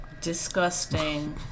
Disgusting